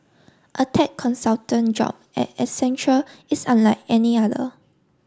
a tech consultant job at Accenture is unlike any other